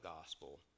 gospel